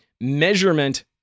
measurement